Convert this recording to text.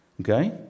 okay